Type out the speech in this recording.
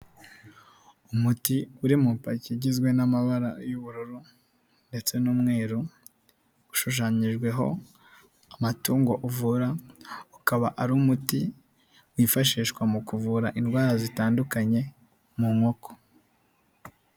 Umuti uri mupaki igizwe n'amabara y'ubururu ndetse n'umweruru, ushushanyijweho amatungo uvura, ukaba ari umuti wifashishwa mu kuvura indwara zitandukanye mu nkoko.